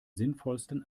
sinnvollsten